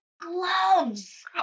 gloves